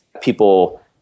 people